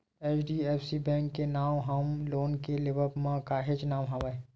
HDFC bank के नांव home loan के लेवब म काहेच नांव हवय